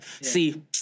See